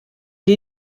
die